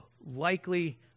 likely